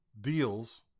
deals